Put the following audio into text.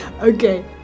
Okay